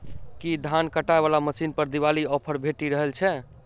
की धान काटय वला मशीन पर दिवाली ऑफर भेटि रहल छै?